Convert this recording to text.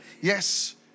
Yes